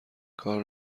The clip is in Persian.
کار